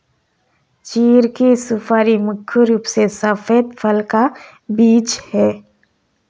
चीढ़ की सुपारी मुख्य रूप से सफेद फल का बीज है